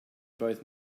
both